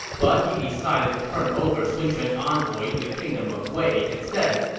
but he decided to turn over sun quan's envoy to the kingdom of wei instead.